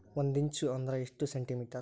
ಒಂದಿಂಚು ಅಂದ್ರ ಎಷ್ಟು ಸೆಂಟಿಮೇಟರ್?